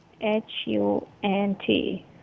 h-u-n-t